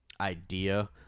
idea